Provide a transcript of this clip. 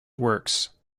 works